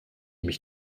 mich